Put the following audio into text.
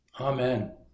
Amen